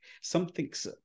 Something's